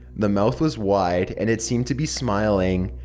the mouth was wide, and it seemed to be smiling.